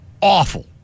awful